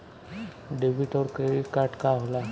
Debit और credit card का होला?